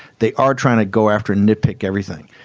they are trying to go after nitpick everything.